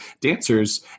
dancers